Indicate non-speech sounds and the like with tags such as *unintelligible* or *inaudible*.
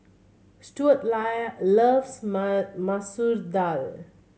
Stuart *unintelligible* loves *unintelligible* Masoor Dal